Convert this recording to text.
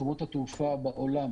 חברות התעופה בעולם